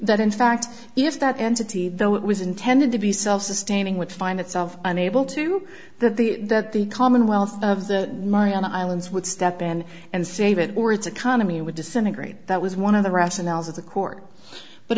that in fact if that entity though it was intended to be self sustaining would find itself unable to that the that the commonwealth of the money on the islands would step in and save it or its economy would disintegrate that was one of the rationales of the court but